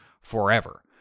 forever